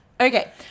Okay